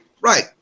Right